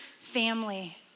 family